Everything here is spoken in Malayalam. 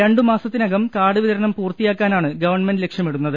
അണ്ടുമാസത്തിനകം കാർഡ് വിതരണം പൂർത്തിയാക്കാനാണ് ഗവൺമെന്റ് ലക്ഷ്യമിടുന്നത്